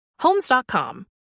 Homes.com